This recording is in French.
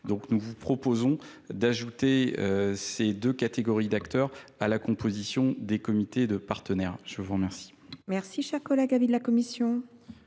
Nous vous proposons d'ajouter ces deux catégories d'acteurs à la composition des comités de partenaires. Je vous remerci, cher collègue, ami de la Commission.